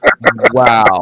Wow